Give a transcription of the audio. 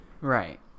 right